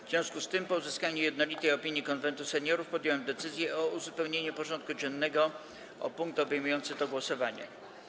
W związku z tym, po uzyskaniu jednolitej opinii Konwentu Seniorów, podjąłem decyzję o uzupełnieniu porządku dziennego o punkt obejmujący to głosowanie.